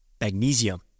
magnesium